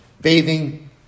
Bathing